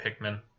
Pikmin